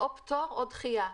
או פטור או דחיה.